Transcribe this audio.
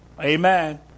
Amen